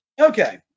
Okay